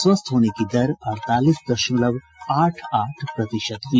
स्वस्थ होने की दर अड़तालीस दशमलव आठ आठ प्रतिशत हुई